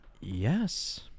Yes